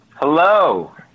Hello